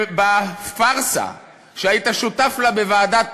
בפארסה שהיית שותף לה, בוועדת החוקה,